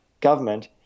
government